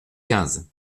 quinze